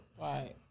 Right